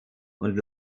und